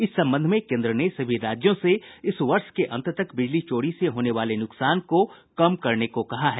इस संबंध में केन्द्र ने सभी राज्यों से इस वर्ष के अन्त तक बिजली चोरी से होने वाले नुकसान को कम करने को कहा है